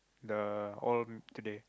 the old today